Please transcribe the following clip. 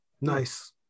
Nice